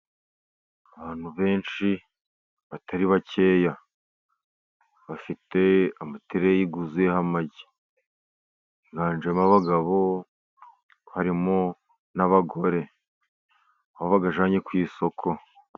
Abantu benshi batari bakeya bafite amatereyi yuzuyeho amagi, higanjemo abagabo harimo n'abagore aho bayajyanye ku isoko.